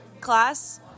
class